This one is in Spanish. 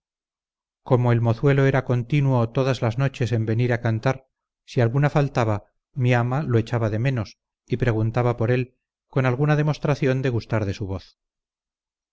como el mozuelo era continuo todas las noches en venir a cantar si alguna faltaba mi ama lo echaba de menos y preguntaba por él con alguna demostración de gustar de su voz